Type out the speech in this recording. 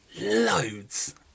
loads